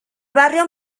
barrio